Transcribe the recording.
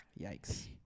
Yikes